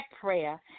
prayer